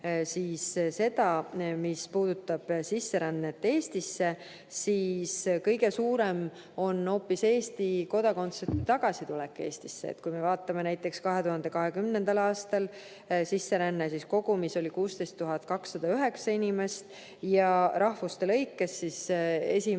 seda, mis puudutab sisserännet Eestisse, siis kõige suurem on hoopis Eesti kodakondsusega inimeste tagasitulek Eestisse. Kui me vaatame näiteks 2020. aastat, siis sisseränne kogumis oli 16 209 inimest. Rahvuste lõikes esimese